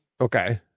Okay